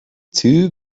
too